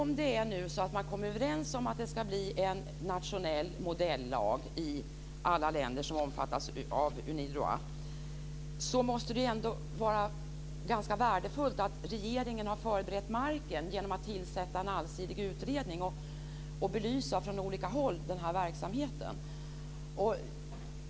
Men om man kommer överens om att det ska bli en nationell modellag för alla länder som omfattas av Unidroit måste det väl ändå vara ganska värdefullt att regeringen har förberett marken genom att tillsätta en allsidig utredning och från olika håll belysa denna verksamhet.